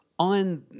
On